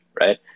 right